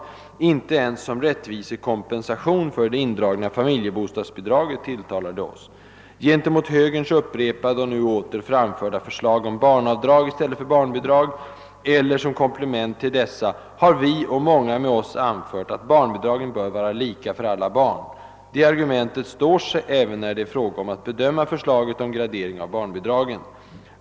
Inte ens som ”rättvisekompensation” för det indragna familjebostadsbidraget tilltalar det oss. Gentemot högerns upprepade och nu åter framförda förslag om barnavdrag i stället för barnbidrag eller som komplement till dessa har vi och många med oss anfört, att barnbidragen bör vara lika för alla barn. Det argumentet står sig även när det är fråga om att bedöma förslaget om gradering av barnbidragen.